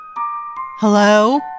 Hello